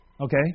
Okay